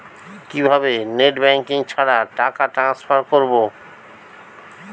কিভাবে net banking ছাড়া টাকা ট্রান্সফার করবো?